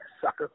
sucker